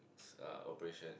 s~ uh operation